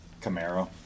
Camaro